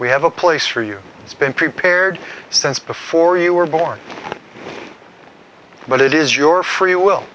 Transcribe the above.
we have a place for you it's been prepared since before you were born but it is your free will